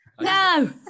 no